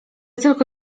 tylko